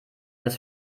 ist